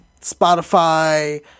Spotify